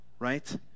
right